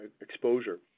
exposure